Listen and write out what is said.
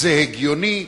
זה הגיוני?